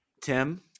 Tim